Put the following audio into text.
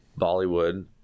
Bollywood